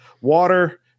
water